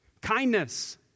kindness